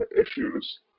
issues